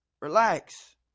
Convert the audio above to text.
Relax